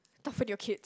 toughen your kids